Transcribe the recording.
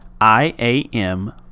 I-A-M